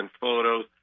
photos